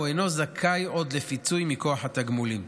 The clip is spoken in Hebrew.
אינו זכאי עוד לפיצוי מכוח התגמולים,